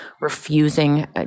refusing